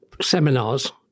seminars